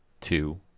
two